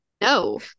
no